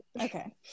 okay